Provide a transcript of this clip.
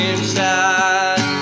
Inside